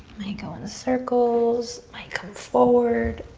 might go in circles. might come forward.